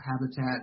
habitat